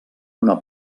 una